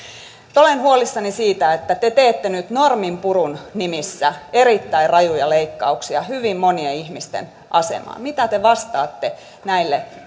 olen huolissani siitä että te teette nyt norminpurun nimissä erittäin rajuja leikkauksia hyvin monien ihmisten asemaan mitä te vastaatte näille